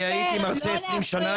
הייתי מרצה במשך 20 שנים,